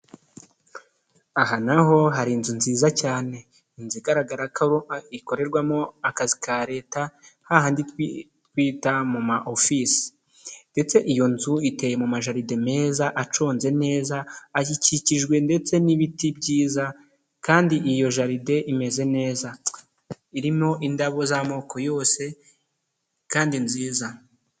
Aha naho hari inzu nziza cyane. Inzu igaragara ko ikorerwamo akazi ka leta ha handi twita mu ma ofisi ndetse iyo nzu iteye mu majaride meza aconze neza ayikikijwe ndetse n'ibiti byiza kandi iyo jaride imeze neza, irimo indabo z'amoko yose kandi nziza.